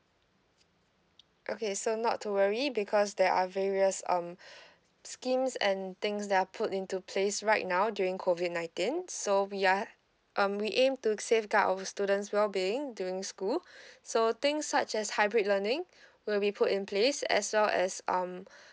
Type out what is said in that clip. okay so not to worry because there are various um schemes and things that are put into place right now during COVID nineteen so we are um we aim to safeguard our students well being during school so things such as hybrid learning will be put in place as well as um